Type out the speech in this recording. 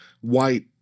white